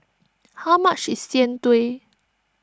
how much is Jian Dui